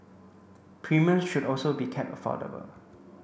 premiums should also be kept affordable